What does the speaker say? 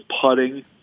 putting